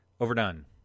overdone